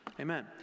Amen